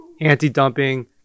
anti-dumping